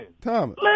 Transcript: Thomas